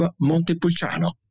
Montepulciano